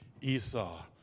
Esau